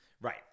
Right